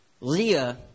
Leah